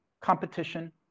competition